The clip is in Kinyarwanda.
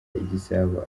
igisabo